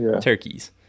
turkeys